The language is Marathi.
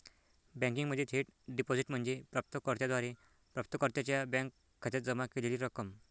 बँकिंगमध्ये थेट डिपॉझिट म्हणजे प्राप्त कर्त्याद्वारे प्राप्तकर्त्याच्या बँक खात्यात जमा केलेली रक्कम